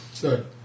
Good